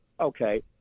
Okay